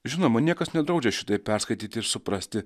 žinoma niekas nedraudžia šitai perskaityti ir suprasti